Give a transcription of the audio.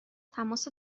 تماس